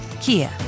Kia